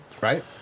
right